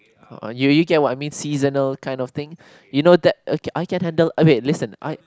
uh you you get what I mean seasonal kind of thing you know that ok~ I can handle I mean listen I